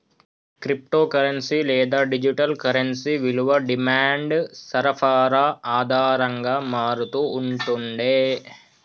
crypto currency లేదా digital currency విలువ demand, సరఫరా ఆధారంగా మారతూ ఉంటుండే